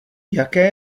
jaké